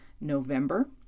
November